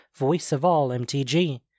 voiceofallmtg